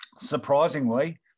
surprisingly